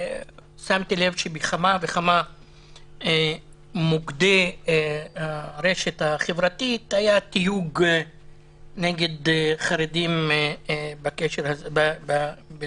שמתי לב שבכמה וכמה מוקדי הרשת החברתית היה תיוג נגד חרדים בנוגע